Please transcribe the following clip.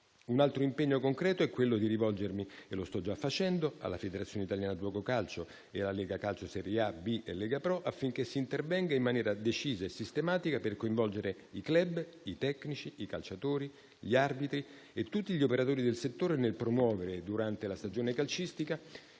Un altro impegno concreto è quello di rivolgermi - come sto già facendo - alla Federazione italiana gioco calcio, alla Lega Serie A e B e alla Lega Pro, affinché si intervenga, in maniera decisa e sistematica, per coinvolgere i *club*, i tecnici, i calciatori, gli arbitri e tutti gli operatori del settore, nel promuovere, durante la stagione calcistica,